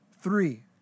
Three